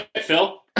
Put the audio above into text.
Phil